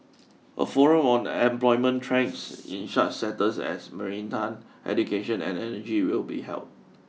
a forum on employment trends in such sectors as maritime education and energy will be held